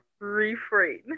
Refrain